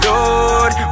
Lord